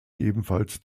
ebenfalls